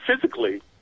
physically